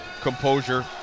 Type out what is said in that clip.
composure